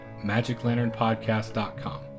magiclanternpodcast.com